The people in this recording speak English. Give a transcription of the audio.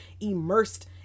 immersed